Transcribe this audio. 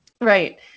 Right